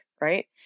right